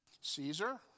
Caesar